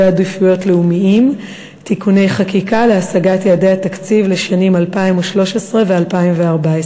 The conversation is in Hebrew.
עדיפויות לאומיים (תיקוני חקיקה להשגת יעדי התקציב לשנים 2013 ו-2014).